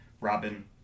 Robin